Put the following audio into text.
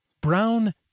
brown